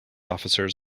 officers